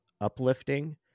uplifting